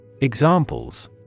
Examples